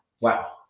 Wow